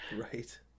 Right